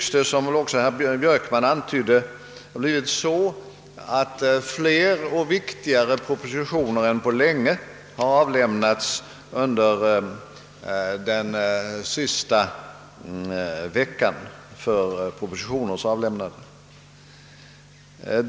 Som herr Björkman antydde tycks; det nu ha blivit så, att fler och viktigare propositioner än på länge har avläm nats under den sista veckan för propositioners avlämnande.